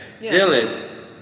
Dylan